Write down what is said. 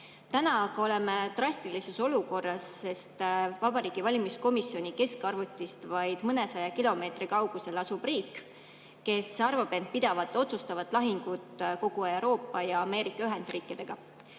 Praegu oleme drastilises olukorras, sest Vabariigi Valimiskomisjoni keskarvutist vaid mõnesaja kilomeetri kaugusel asub riik, kes arvab end pidavat otsustavat lahingut kogu Euroopa ja Ameerika Ühendriikidega.